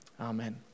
Amen